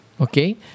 okay